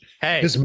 Hey